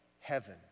heaven